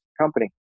company